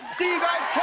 see you guys,